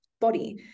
body